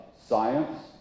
science